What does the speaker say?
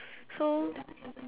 so